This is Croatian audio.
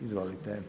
Izvolite.